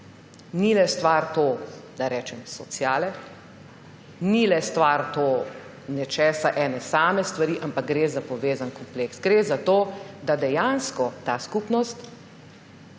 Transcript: ni le stvar, da rečem, sociale, to ni le stvar nečesa, ene same stvari, ampak gre za povezan kompleks. Gre za to, da dejansko ta skupnost